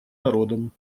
народом